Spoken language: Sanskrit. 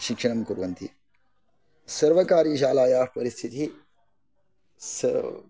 शिक्षणं कुर्वन्ति सर्वकारीयशालायाः परिस्थितिः